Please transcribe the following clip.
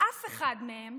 אף אחד מהם,